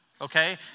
okay